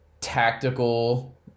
tactical